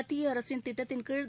மத்திய அரசின் திட்டத்தின் கீழ்